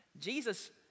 Jesus